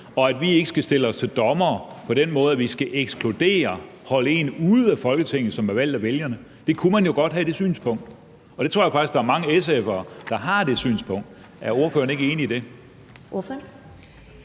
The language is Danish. og at vi ikke skal stille os til dommere på den måde, at vi skal ekskludere og holde en ude, som er valgt af vælgerne. Man kunne jo godt have det synspunkt. Jeg tror faktisk, der er mange SF'ere, der har det synspunkt. Er ordføreren ikke enig i det?